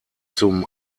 zum